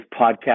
podcast